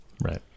right